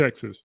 Texas